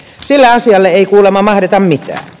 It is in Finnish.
sille asialle ei kuulemma mahdeta mitään